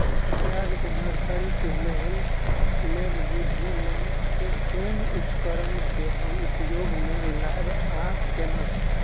प्याज केँ नर्सरी केँ लेल लेव विधि म केँ कुन उपकरण केँ हम उपयोग म लाब आ केना?